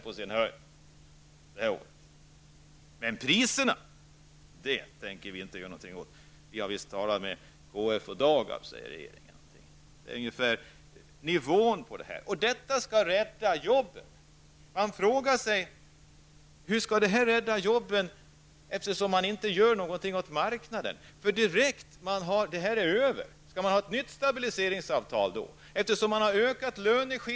Priserna tänker man dock inte göra något åt. Regeringen säger att man har talat med KF och Dagab. På den nivån ligger det. Detta skall anses rädda jobben. Man frågar sig hur det kan rädda jobben eftersom man inte gör något åt marknaden. Skall man införa ett nytt stabiliseringsavtal när detta avtal upphör?